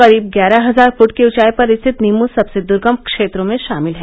करीब ग्यारह हजार फुट की उंचाई पर स्थित निमू सबसे दुर्गम क्षेत्रों में शामिल है